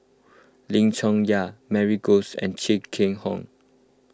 Lim Chong Yah Mary Goes and Chia Keng Hock